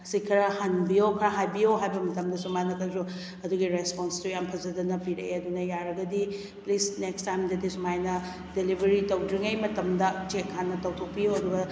ꯁꯤ ꯈꯔ ꯍꯟꯕꯤꯎ ꯈꯔ ꯍꯥꯏꯕꯤꯎ ꯍꯥꯏꯕ ꯃꯇꯝꯗꯁꯨ ꯃꯥꯅ ꯀꯩꯁꯨ ꯑꯗꯨꯒꯤ ꯔꯦꯁꯄꯣꯟꯁꯇꯨ ꯌꯥꯝ ꯐꯖꯗꯅ ꯄꯤꯔꯛꯑꯦ ꯑꯗꯨꯅ ꯌꯥꯔꯒꯗꯤ ꯄ꯭ꯂꯤꯖ ꯅꯦꯛꯁ ꯇꯥꯏꯝꯗꯗꯤ ꯑꯁꯨꯃꯥꯏꯅ ꯗꯦꯂꯤꯕꯔꯤ ꯇꯧꯗ꯭ꯔꯤꯉꯩ ꯃꯇꯝꯗ ꯆꯦꯛ ꯍꯥꯟꯅ ꯇꯧꯊꯣꯛꯄꯤꯎ ꯑꯗꯨꯒ